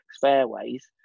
fairways